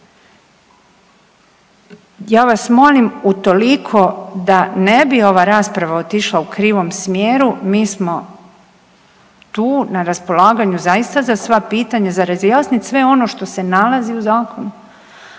Ja vas molim utoliko da ne bi ova rasprava otišla u krivom smjeru mi smo tu na raspolaganju zaista za sva pitanja, za razjasnit sve ono što se nalazi u zakonu.